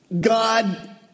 God